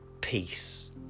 peace